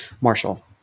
Marshall